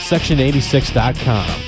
Section86.com